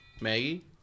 Maggie